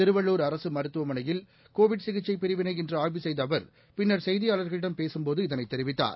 திருவள்ளூர் அரசுமருத்துவமனையில் கோவிட் சிகிச்சைபிரிவினை இன்றுஆய்வு செய்தஅவர் பின்னா் செய்தியாளா்களிடம் பேசியஅவர் இதனைத் தெரிவித்தார்